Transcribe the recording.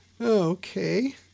Okay